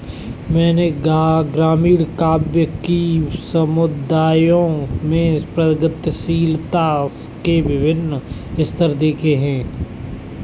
मैंने ग्रामीण काव्य कि समुदायों में गतिशीलता के विभिन्न स्तर देखे हैं